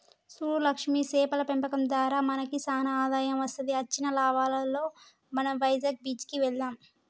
సూడు లక్ష్మి సేపల పెంపకం దారా మనకి సానా ఆదాయం వస్తది అచ్చిన లాభాలలో మనం వైజాగ్ బీచ్ కి వెళ్దాం